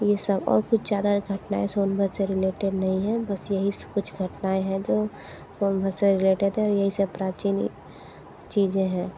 यह सब और कुछ ज़्यादा घटनाएँ सोनभद्र से रिलेटेड नहीं हैं बस यही स कुछ घटनाएँ हैं जो सोनभद्र से रिलेटे थे और यही सब प्राचीन चीज़ें हैं